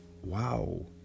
wow